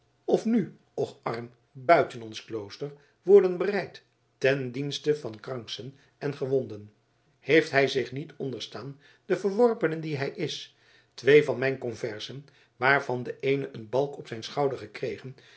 of nu och arm buiten ons klooster worden bereid ten dienste van kranksn en gewonden heeft hij zich niet onderstaan de verworpene die hij is twee van mijn conversen waarvan de eene een balk op zijn schouder gekregen